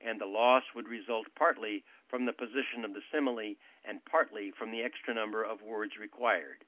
and the loss would result partly from the position of the simile and partly from the extra number of words required.